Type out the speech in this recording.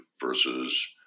versus